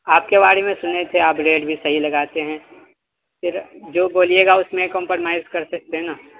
آپ کے بارے میں سنے تھے آپ ریٹ بھی صحیح لگاتے ہیں پھر جو بولیے گا اس میں کمپرومائز کر سکتے ہیں نا